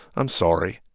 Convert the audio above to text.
i'm sorry,